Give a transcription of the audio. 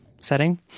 setting